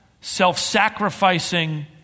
self-sacrificing